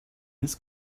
his